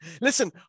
Listen